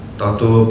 Tato